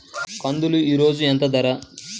కందులు ఈరోజు ఎంత ధర?